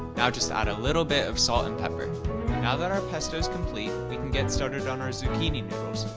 now just add a little bit of salt and pepper. now that our pesto is complete, we can get started on our zucchini noodles.